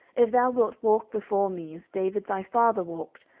if thou wilt walk before me, as david thy father walked,